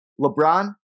lebron